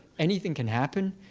anything can happen.